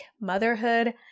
motherhood